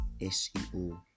SEO